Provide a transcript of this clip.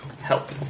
help